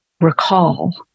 recall